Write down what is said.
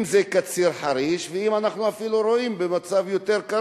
אם זה קציר חריש, ואפילו במקום קרוב יותר.